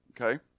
okay